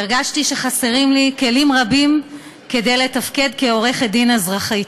הרגשתי שחסרים לי כלים רבים כדי לתפקד כעורכת דין אזרחית,